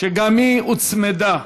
שגם היא הוצמדה,